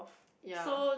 ya